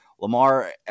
Lamar